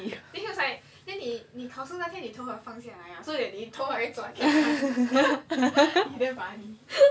ya then he was like then 你考试那天头发放下来啊 so 你头发回转